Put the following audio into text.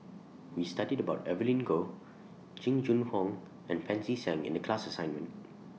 We studied about Evelyn Goh Jing Jun Hong and Pancy Seng in The class assignment